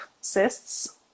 cysts